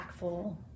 impactful